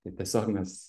tai tiesiog mes